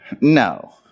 No